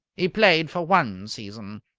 he played for one season.